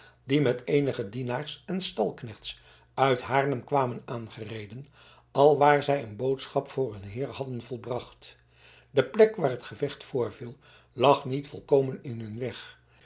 die met eenige dienaars en stalknechts uit haarlem kwamen aangereden alwaar zij een boodschap voor hun heer hadden volbracht de plek waar het gevecht voorviel lag niet volkomen in hun weg